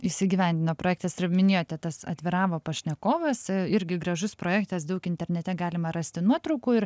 įsigyvendino projektas ir minėjote tas atviravo pašnekovas irgi gražus projektas daug internete galima rasti nuotraukų ir